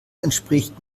entspricht